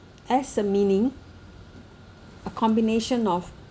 as a meaning a combination of